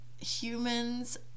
humans